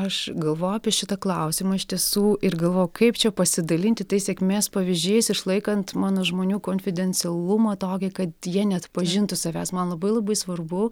aš galvojau apie šitą klausimą iš tiesų ir galvojau kaip čia pasidalinti tais sėkmės pavyzdžiais išlaikant mano žmonių konfidencialumą tokį kad jie neatpažintų savęs man labai labai svarbu